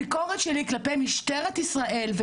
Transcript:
הביקורת שלי כלפי משטרת ישראל,